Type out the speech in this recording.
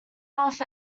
off